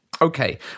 Okay